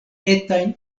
etajn